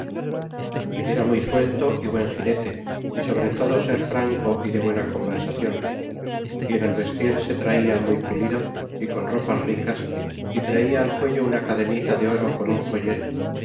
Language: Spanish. era muy suelto é buen gineta y sobre todo ser franco é de buena conversacion y en el vestir se traia muy pulido y con ropas ricas y trata al cuello una cadenita de oro con un joyel